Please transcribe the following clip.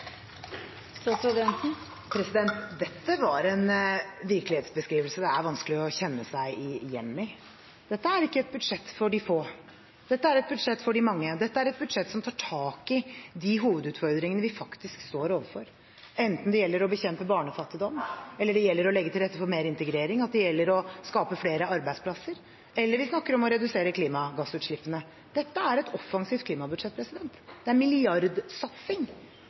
Dette var en virkelighetsbeskrivelse det er vanskelig å kjenne seg igjen i. Dette er ikke et budsjett for de få; dette er et budsjett for de mange. Dette er et budsjett som tar tak i de hovedutfordringene vi faktisk står overfor, enten det gjelder å bekjempe barnefattigdom, eller det gjelder å legge til rette for mer integrering eller å skape flere arbeidsplasser, eller vi snakker om å redusere klimagassutslippene. Dette er et offensivt klimabudsjett. Det er en milliardsatsing